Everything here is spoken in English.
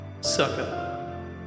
Sucker